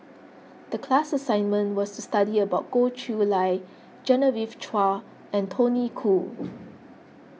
the class assignment was to study about Goh Chiew Lye Genevieve Chua and Tony Khoo